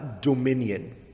dominion